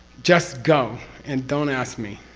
just go and don't ask me,